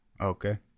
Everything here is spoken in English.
okay